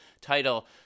title